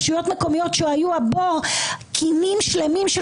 רשויות מקומיות --- קינים שלמים של